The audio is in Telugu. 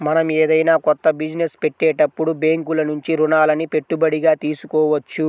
మనం ఏదైనా కొత్త బిజినెస్ పెట్టేటప్పుడు బ్యేంకుల నుంచి రుణాలని పెట్టుబడిగా తీసుకోవచ్చు